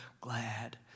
glad